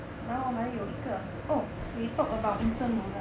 然后还有一个 oh we talked about instant noodle